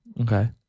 Okay